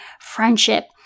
friendship